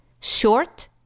short